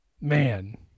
man